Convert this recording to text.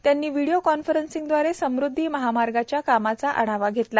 त्यांनी व्हिडीओ कॉन्फरन्सिंगद्वारे समृद्वी महामार्गाच्या कामाचा आढावा घेतला